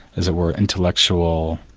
as it were, intellectual,